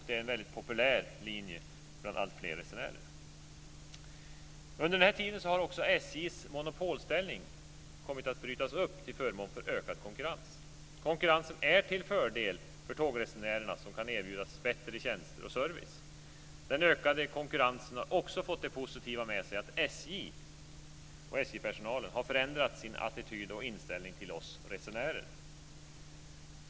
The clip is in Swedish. Det är en väldigt populär linje bland alltfler resenärer. Under den här tiden har också SJ:s monopolställning kommit att brytas upp till förmån för ökad konkurrens. Konkurrensen är till fördel för tågresenärerna, som kan erbjudas bättre tjänster och service. Den ökade konkurrensen har också fört det positiva med sig att SJ och SJ:s personal har förändrat sin attityd och inställning till oss resenärer.